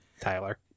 Tyler